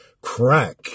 Crack